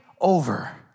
over